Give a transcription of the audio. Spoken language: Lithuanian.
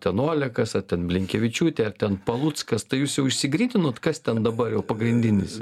ten olekas ar ten blinkevičiūtė ar ten paluckas tai jūs jau išsigryninot kas ten dabar jau pagrindinis